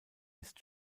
ist